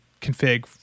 config